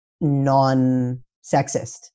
non-sexist